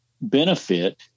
benefit